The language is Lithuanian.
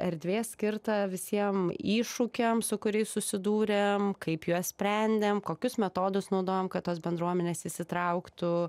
erdvės skirta visiem iššūkiam su kuriais susidūrėm kaip juos sprendėm kokius metodus naudojom kad tos bendruomenės įsitrauktų